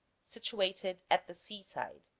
situated at the seaside.